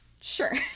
sure